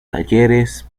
talleres